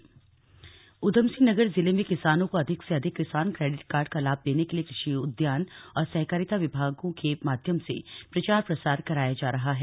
किसान credit card Rudrapur Udham Singh Nagar जिले में किसानों को अधिक से अधिक किसान क्रेडिट कार्ड का लाभ देने के लिए कृषि उद्यान और सहकारिता विभागों के माध्यम से प्रचार प्रसार कराया जा रहा है